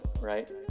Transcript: right